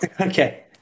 Okay